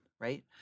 right